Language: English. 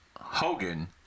Hogan